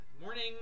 Morning